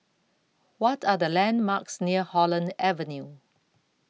What Are The landmarks near Holland Avenue